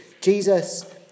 Jesus